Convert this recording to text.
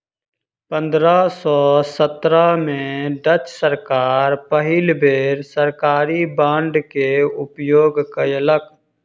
पंद्रह सौ सत्रह में डच सरकार पहिल बेर सरकारी बांड के उपयोग कयलक